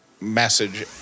message